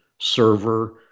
server